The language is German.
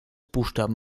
buchstaben